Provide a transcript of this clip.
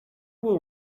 will